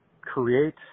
create